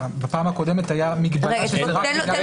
התנאי להפעלת הסמכות הוא אם יו"ר הוועדה וסגניו ראו שיש נסיבות